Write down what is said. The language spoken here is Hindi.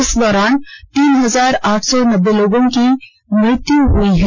इस दौरान तीन हजार आठ सौ नब्बे लोगों की मृत्य हुई है